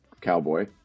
cowboy